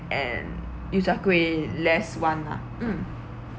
and you char kwai less one lah mm